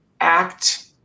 act